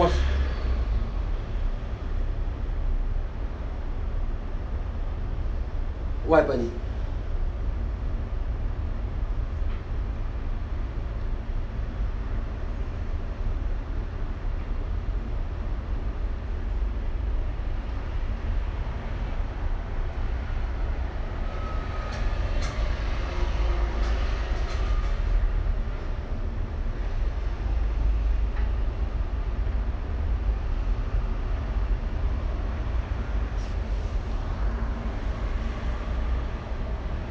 what happen